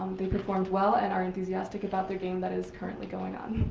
they performed well and are enthusiastic about their game that is currently going on.